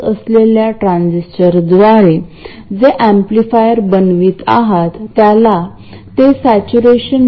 म्हणून आपण काय केले की ac कपलिंगच्या तत्त्वाचा वापर सिग्नल सोर्सला गेट सोर्स सोबत जोडण्यासाठी आणि लोड RL ड्रेन सोर्स ला जोडण्यासाठी केला आहे